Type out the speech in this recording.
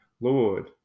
Lord